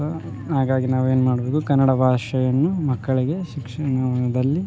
so ಹಾಗಾಗಿ ನಾವು ಏನುಮಾಡಬಹುದು ಕನ್ನಡ ಭಾಷೆಯನ್ನು ಮಕ್ಕಳಿಗೆ ಶಿಕ್ಷಣದಲ್ಲಿ